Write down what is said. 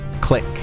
click